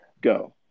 go